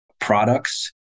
products